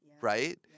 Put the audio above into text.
right